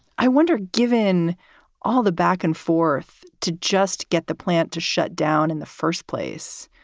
i wonder, given all the back and forth, to just get the plant to shut down in the first place.